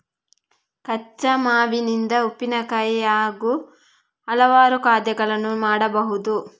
ಕಚ್ಚಾ ಮಾವಿನಿಂದ ಉಪ್ಪಿನಕಾಯಿ ಹಾಗೂ ಹಲವಾರು ಖಾದ್ಯಗಳನ್ನು ಮಾಡಬಹುದು